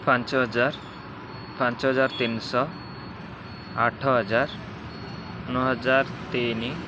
ପାଞ୍ଚ ହଜାର ପାଞ୍ଚ ହଜାର ତିନିଶ ଆଠ ହଜାର ନଅ ହଜାର ତିନି